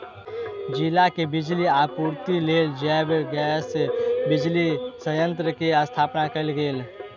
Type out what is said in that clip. जिला के बिजली आपूर्तिक लेल जैव गैस बिजली संयंत्र के स्थापना कयल गेल